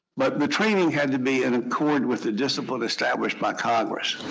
but the training had to be in accord with the discipline established by congress.